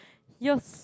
yours